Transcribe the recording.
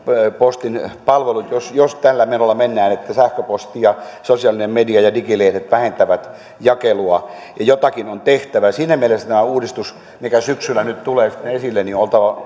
postin palvelut jos jos tällä menolla mennään että sähköposti ja sosiaalinen media ja digilehdet vähentävät jakelua ja jotakin on tehtävä siinä mielessä tämä uudistus mikä syksyllä nyt tulee sitten esille